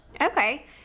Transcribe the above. Okay